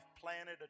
planted